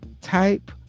type